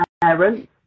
parents